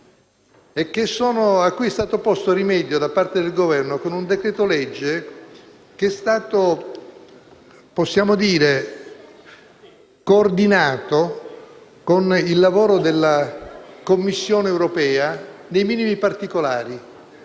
a cui è stato posto rimedio da parte del Governo con un decreto-legge che è stato - possiamo dire - coordinato con il lavoro della Commissione europea nei minimi particolari.